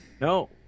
no